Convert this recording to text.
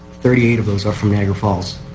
thirty eight of those are from niagra falls.